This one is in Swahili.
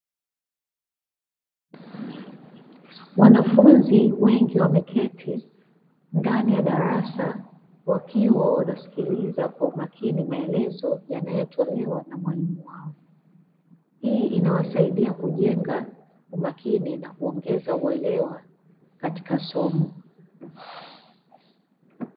Wanafunzi wengi wameketi ndani ya darasa wakiwa wanasikiliza kwa umakini maelezo yanayotolewa na mwalimu wao. Hii inawasaidia kujenga umakini na kuongeza uelewa katika somo.